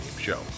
Show